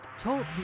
Talk